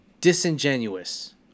disingenuous